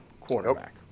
quarterback